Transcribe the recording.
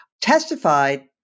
testified